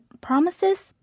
promises